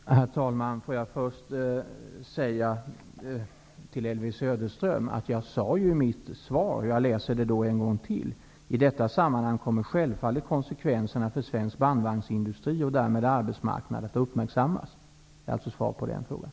Herr talman! Får jag först till Elvy Söderström säga att jag i mitt svar sade: ''I detta sammanhang kommer självfallet konsekvenserna för svensk bandvagnsindustri och därmed arbetsmarknad att uppmärksammas.'' Det är alltså svaret på hennes fråga.